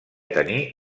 tenir